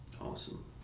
Awesome